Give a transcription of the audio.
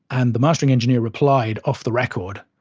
and the mastering engineer replied off the record,